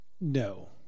No